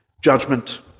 judgment